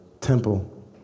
temple